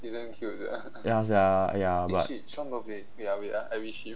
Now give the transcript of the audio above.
ya sia ya but